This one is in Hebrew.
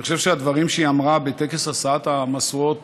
אני חושב שהדברים שהיא אמרה בטקס השאת המשואות